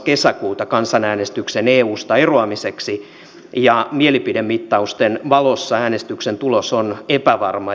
kesäkuuta kansanäänestyksen eusta eroamiseksi ja mielipidemittausten valossa äänestyksen tulos on epävarma